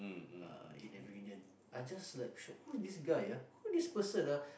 uh in a reunion I just like shocked like who's this guy ah who's this person ah